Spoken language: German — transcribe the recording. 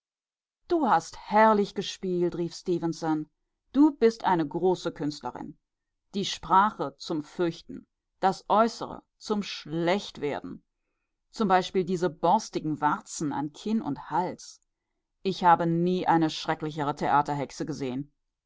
du hast herrlich gespielt rief stefenson du bist eine große künstlerin die sprache zum fürchten das äußere zum schlechtwerden zum beispiel diese borstigen warzen an kinn und hals ich habe nie eine schrecklichere theaterhexe gesehen